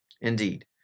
Indeed